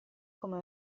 come